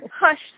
hush